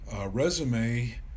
resume